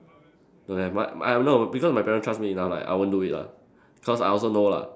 don't have but I no because my parents trust me enough like I won't do it ah cause I also know lah